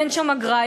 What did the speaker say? אין שם אגרה,